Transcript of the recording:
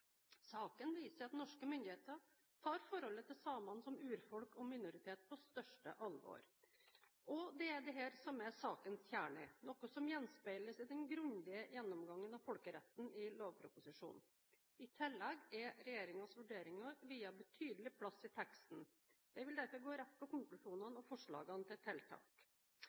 Saken viser at norske myndigheter tar forholdet til samene som urfolk og minoritet på største alvor. Det er dette som er sakens kjerne – noe som gjenspeiles i den grundige gjennomgangen av folkeretten i lovproposisjonen. I tillegg er regjeringens vurderinger viet betydelig plass i teksten. Jeg vil derfor gå rett på konklusjonene og forslagene til tiltak.